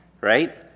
right